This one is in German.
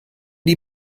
die